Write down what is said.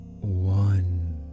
one